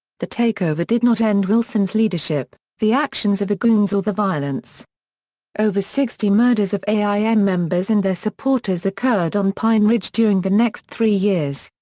the takeover did not end wilson's leadership, the actions of the goons or the violence over sixty murders of aim members and their supporters occurred on pine ridge during the next three years.